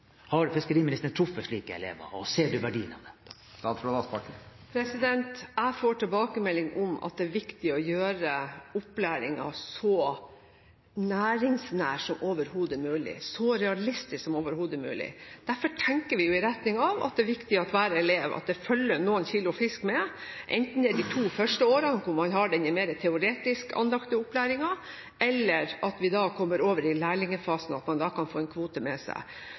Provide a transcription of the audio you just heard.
Har fiskeriministeren truffet slike elever, og ser hun verdien av det? Jeg får tilbakemelding om at det er viktig å gjøre opplæringen så næringsnær og så realistisk som overhodet mulig. Derfor tenker vi i retning av at det er viktig at det for hver elev følger noen kilo fisk med, enten det er de to første årene, når man har den mer teoretisk anlagte opplæringen, eller når vi kommer over i lærlingefasen, og at man da kan få en kvote med seg.